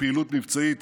פעילות מבצעית,